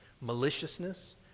maliciousness